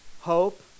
hope